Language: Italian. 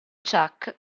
chuck